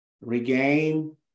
regain